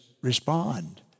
respond